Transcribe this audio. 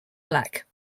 black